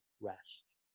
rest